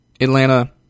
Atlanta